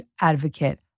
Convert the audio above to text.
advocate